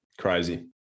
crazy